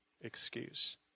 excuse